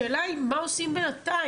השאלה היא מה עושים בינתיים?